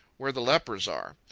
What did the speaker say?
where the lepers are.